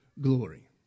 glory